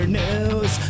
news